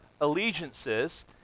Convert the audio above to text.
allegiances